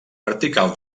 vertical